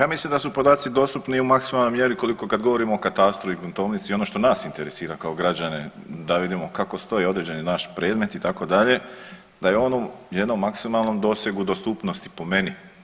Ja mislim da su podaci dostupni u maksimalnoj mjeri koliko kad govorimo o katastru i gruntovnici ono što nas interesira kao građane da vidimo kako stoji određeni naš predmet itd. da u ono u jednom maksimalnom dosegu dostupnosti po meni.